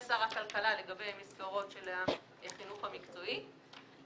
ושר הכלכלה לגבי מסגרות של החינוך המקצועי,